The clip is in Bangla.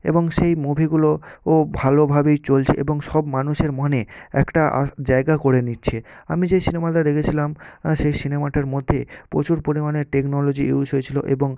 এবং সেই মুভিগুলো ও ভালোভাবেই চলছে এবং সব মানুষের মনে একটা জায়গা করে নিচ্ছে আমি যে সিনেমাটা দেখেছিলাম সেই সিনেমাটার মধ্যে প্রচুর পরিমাণে টেকনোলজি ইউজ হয়েছিল এবং